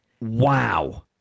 Wow